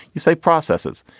you say processes.